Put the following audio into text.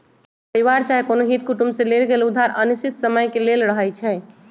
परिवार चाहे कोनो हित कुटुम से लेल गेल उधार अनिश्चित समय के लेल रहै छइ